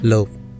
Love